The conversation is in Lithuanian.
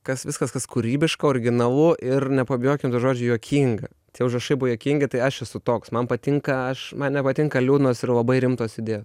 kas viskas kas kūrybiška originalu ir nepabijokim to žodžio juokinga tie užrašai buvo juokingi tai aš esu toks man patinka aš man nepatinka liūdnos ir labai rimtos idėjos